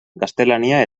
gaztelania